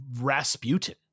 Rasputin